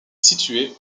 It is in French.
située